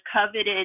coveted